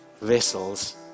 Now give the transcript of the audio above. vessels